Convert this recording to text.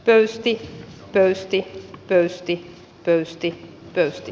pöysti pöysti pöysti höysti pöysti